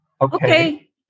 okay